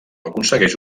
aconsegueix